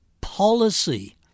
policy